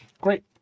Great